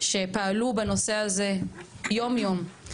שפעלו בנושא הזה יום יום,